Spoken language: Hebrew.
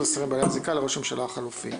השרים בעלי הזיקה לראש הממשלה החלופי.